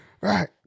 right